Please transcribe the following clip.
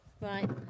Right